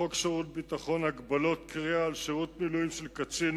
חוק שירות ביטחון (הגבלות קריאה לשירות מילואים של קצין,